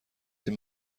این